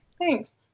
thanks